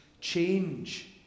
change